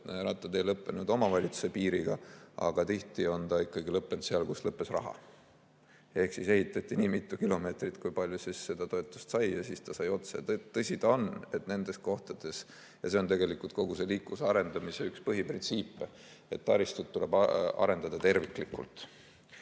rattatee lõppeb omavalitsuse piiriga, aga tihti lõppeb ta ikkagi seal, kus lõppes raha. Ehk siis ehitati nii mitu kilomeetrit, kui palju toetust saadi, ja siis see sai otsa. Tõsi ta on, et nendes kohtades – ja see on tegelikult kogu liikluse arendamise üks põhiprintsiipe – tuleb taristut arendada terviklikult.